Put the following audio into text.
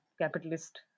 capitalist